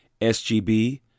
SGB